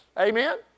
Amen